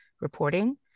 reporting